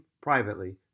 privately